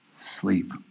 sleep